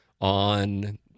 on